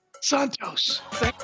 Santos